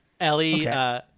Ellie